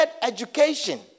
education